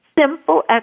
simple